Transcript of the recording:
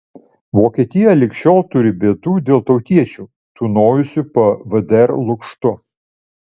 vokietija lig šiol turi bėdų dėl tautiečių tūnojusių po vdr lukštu